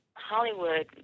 Hollywood